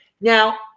Now